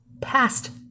past